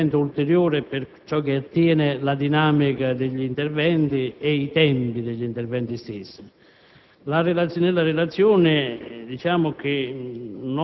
stesso. Nell'interrogazione orale chiedevo qualche chiarimento per ciò che attiene alla dinamica degli interventi e ai tempi degli interventi stessi.